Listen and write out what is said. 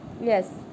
Yes